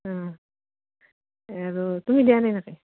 অঁ আৰু তুমি দিয়া নাই